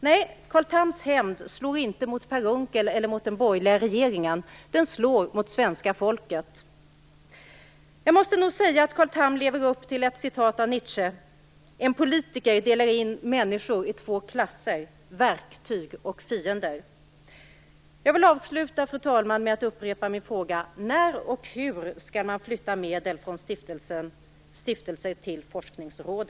Nej, Carl Thams hämnd slår inte mot Per Unckel eller mot den borgerliga regeringen. Den slår mot svenska folket. Jag måste nog säga att Carl Tham lever upp till Nietzsches ord: En politiker delar in människor i två klasser: verktyg och fiender. Jag vill avsluta, fru talman, med att upprepa min fråga: När och hur skall man flytta medel från stiftelser till forskningsråd?